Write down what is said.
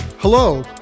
Hello